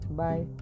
bye